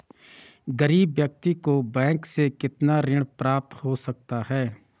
गरीब व्यक्ति को बैंक से कितना ऋण प्राप्त हो सकता है?